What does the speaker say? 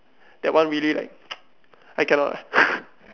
that one really like I cannot lah